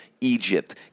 Egypt